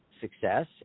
success